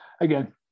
again